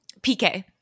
PK